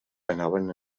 anaven